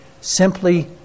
simply